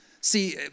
See